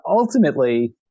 ultimately